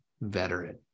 veteran